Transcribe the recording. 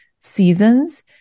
seasons